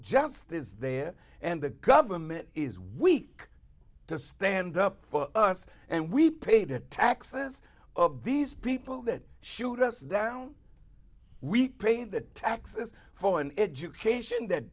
justice there and the government is weak to stand up for us and we paid the taxes of these people that shoot us down we pay the taxes for an education that